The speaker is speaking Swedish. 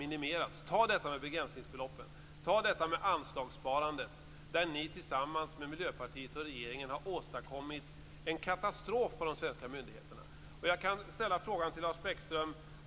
Vi kan ta detta med begränsningsbeloppen och anslagssparandet där ni tillsammans med Miljöpartiet och regeringen har åstadkommit en katastrof på de svenska myndigheterna. Jag kan ställa en fråga till Lars Bäckström.